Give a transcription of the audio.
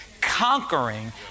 conquering